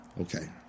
Okay